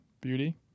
beauty